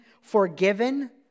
forgiven